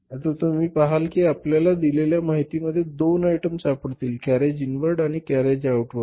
आता तुम्ही पाहाल की आपल्याला दिलेल्या माहितीमध्ये दोन आयटम सापडतील कॅरेज इनवर्ड आणि कॅरेज आऊटवर्ड